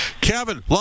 Kevin